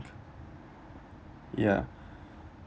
ya